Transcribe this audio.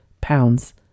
pounds